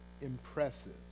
impressive